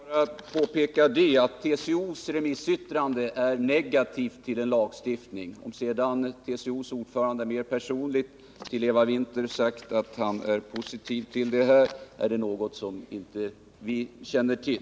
Herr talman! Jag vill bara påpeka att det i TCO:s remissyttrande redovisas en negativ inställning till en lagstiftning på detta område. Om sedan TCO:s ordförande mera personligt till Eva Winther sagt, att han är positiv till en sådan, är det något som vi inte fått kännedom om.